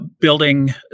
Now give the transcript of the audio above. building